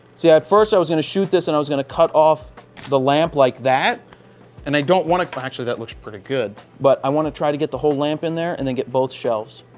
see, at first i was going to shoot this and i was going to cut off the lamp like that and i don't want to to actually that looks pretty good, but i want to try to get the whole lamp in there and then get both shelves.